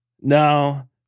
no